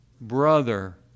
brother